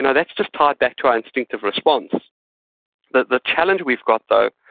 and that's just tied back to our instinctive response the the challenge we've got, though,